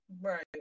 Right